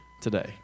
today